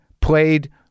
played